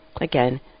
again